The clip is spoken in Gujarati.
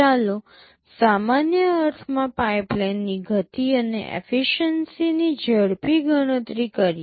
ચાલો સામાન્ય અર્થમાં પાઇપલાઇનની ગતિ અને એફીશ્યિન્સીની ઝડપી ગણતરી કરીએ